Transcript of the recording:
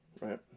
right